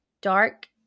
dark